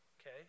okay